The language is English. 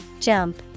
jump